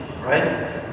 right